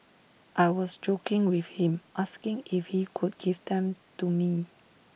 I was joking with him asking if he could give them to me